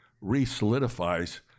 re-solidifies